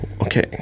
okay